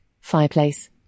fireplace